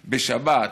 בשבת,